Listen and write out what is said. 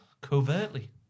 covertly